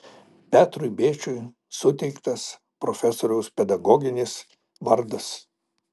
petrui bėčiui suteiktas profesoriaus pedagoginis vardas